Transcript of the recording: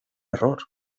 error